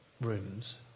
rooms